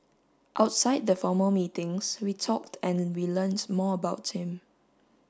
outside the formal meetings we talked and we learnt more about him